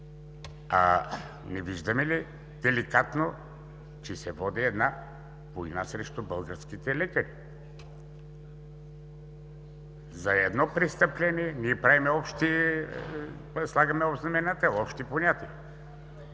Не виждаме ли деликатно, че се води война срещу българските лекари? За едно престъпление ние слагаме общ